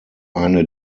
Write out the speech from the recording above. eine